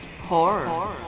Horror